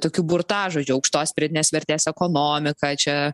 tokių burtažodžių aukštos pridėtinės vertės ekonomika čia